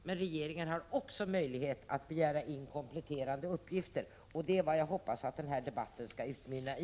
Men regeringen har också möjlighet att begära in kompletterande uppgifter, och det är bl.a. vad jag hoppas att den här debatten skall utmynna i.